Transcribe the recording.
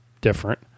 different